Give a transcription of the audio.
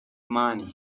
money